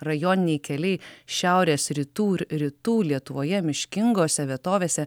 rajoniniai keliai šiaurės rytų rytų lietuvoje miškingose vietovėse